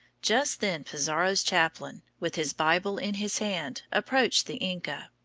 just then pizarro's chaplain, with his bible in his hand, approached the inca.